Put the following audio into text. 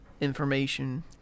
information